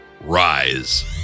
Rise